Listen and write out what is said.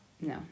no